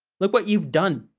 look what you've done,